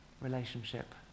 relationship